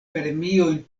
premiojn